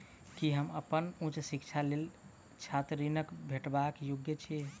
की हम अप्पन उच्च शिक्षाक लेल छात्र ऋणक भेटबाक योग्य छी?